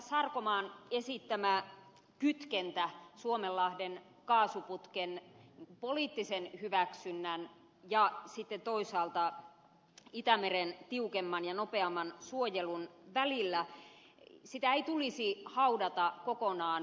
sarkomaan esittämää kytkentää suomenlahden kaasuputken poliittisen hyväksynnän ja sitten toisaalta itämeren tiukemman ja nopeamman suojelun välillä ei tulisi haudata kokonaan